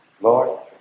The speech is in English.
Lord